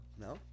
No